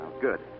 Good